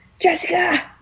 Jessica